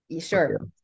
Sure